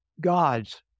God's